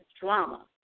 drama